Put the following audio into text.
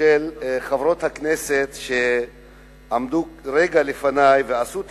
של חברות הכנסת שעמדו רגע לפני ועשו את